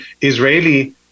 Israeli